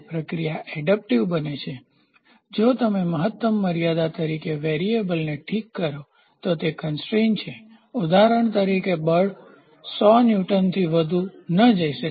પ્રક્રિયા એડપ્ટીવ બને છે જો તમે મહત્તમ મર્યાદા તરીકે વેરીએબલચલને ઠીક કરો તે કન્સ્ટ્રેઇન છે ઉદાહરણ તરીકે બળ 100 ન્યૂટનથી વધુ ન જઈ શકે